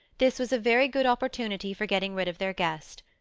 this was a very good opportunity for getting rid of their guest.